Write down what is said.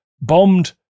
bombed